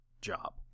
job